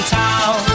town